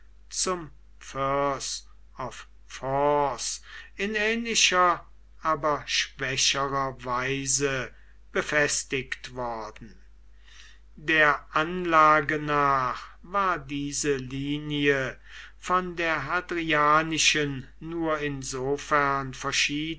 zum firth of forth in ähnlicher aber schwächerer weise befestigt worden der anlage nach war diese linie von der hadrianischen nur insofern